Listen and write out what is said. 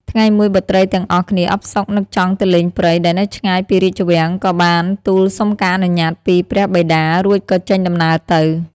ថ្ងៃមួយបុត្រីទាំងអស់គ្នាអផ្សុកនឹកចង់ទៅលេងព្រៃដែលនៅឆ្ងាយពីរាជវាំង ក៏បានទូលសុំការអនុញ្ញាតពីព្រះបិតា រួចក៏ចេញដំណើរទៅ។